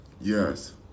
yes